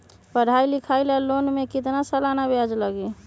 पढाई लिखाई ला लोन के कितना सालाना ब्याज लगी?